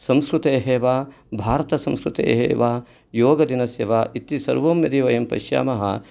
संस्कृतेः वा भारतसंस्कृतेः वा योगदानस्य वा इति सर्वं यदि वयं पश्यामः